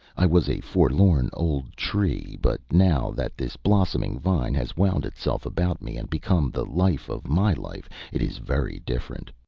i was a forlorn old tree, but now that this blossoming vine has wound itself about me and become the life of my life, it is very different.